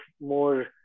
more